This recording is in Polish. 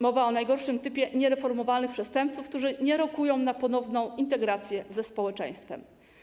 Mowa o najgorszym typie niereformowalnych przestępców, którzy nie rokują, jeśli chodzi o ponowną integrację ze społeczeństwem.